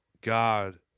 God